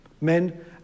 men